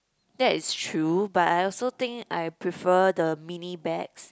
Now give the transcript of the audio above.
that is true but I also think I prefer the mini bags